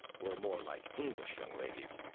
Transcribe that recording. were more like english young ladies.